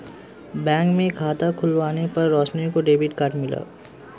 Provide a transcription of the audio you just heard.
bank में खाता खुलवाने पर रोशनी को डेबिट कार्ड मिला